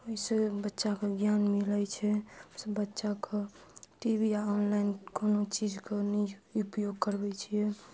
ओहिसँ बच्चाके ज्ञान मिलै छै बच्चाके टी वी आ ऑनलाइन कोनो चीजके नीक उपयोग करबै छियै